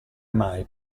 mai